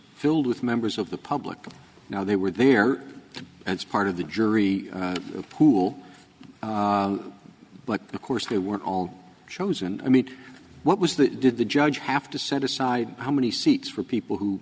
filled with members of the public now they were there and it's part of the jury pool but of course they were all chosen i mean what was the did the judge have to set aside how many seats for people who